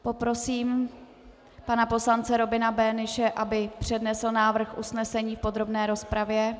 Poprosím pana poslance Robina Böhnische, aby přednesl návrh usnesení v podrobné rozpravě.